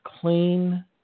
clean